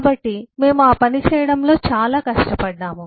కాబట్టి మేము ఆ పని చేయడంలో చాలా కష్టపడ్డాము